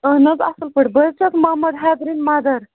اہن حظ ٹھیٖک بہٕ حظ چھَس محمد حیدرن مَدَر